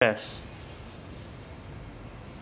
press